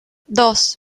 dos